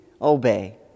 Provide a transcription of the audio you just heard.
obey